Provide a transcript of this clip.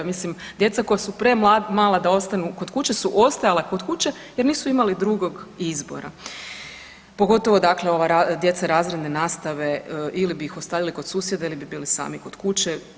Mislim djeca koja su premala da ostanu kod kuće su ostajala kod kuće jer nisu imali drugog izbora, pogotovo ova djeca razredne nastave ili bi ih ostavili kod susjeda ili bi bili sami kod kuće.